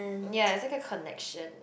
ya it's kind a connection